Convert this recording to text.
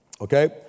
Okay